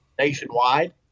nationwide